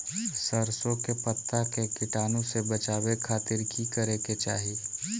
सरसों के पत्ता के कीटाणु से बचावे खातिर की करे के चाही?